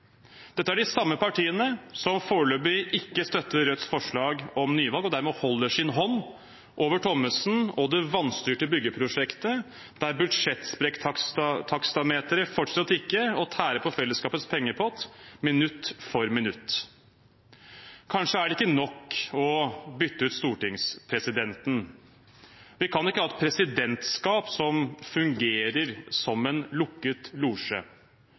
Dette er de samme partiene som foreløpig ikke støtter Rødts forslag om nyvalg, og dermed holder sin hånd over Thommessen og det vanstyrte byggeprosjektet, der budsjettsprekktaksameteret fortsetter å tikke og tære på fellesskapets pengepott minutt for minutt. Kanskje er det ikke nok å bytte ut stortingspresidenten. Vi kan ikke ha et presidentskap som fungerer som en lukket losje.